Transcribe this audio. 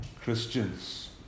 Christians